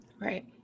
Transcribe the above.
Right